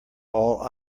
all